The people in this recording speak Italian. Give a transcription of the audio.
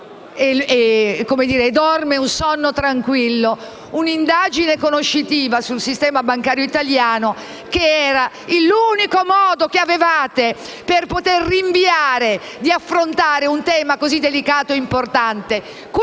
e dorme un sonno tranquillo un'indagine conoscitiva sul sistema bancario italiano: l'unico modo che avevate per rinviare la trattazione di un tema delicato e importante,